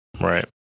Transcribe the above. Right